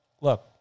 look